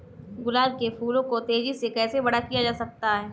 गुलाब के फूलों को तेजी से कैसे बड़ा किया जा सकता है?